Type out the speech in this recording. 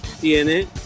tiene